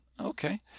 okay